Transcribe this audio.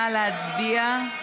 נא להצביע.